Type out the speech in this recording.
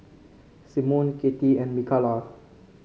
Symone Katy and Mikalah